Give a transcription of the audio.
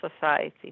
society